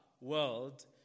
world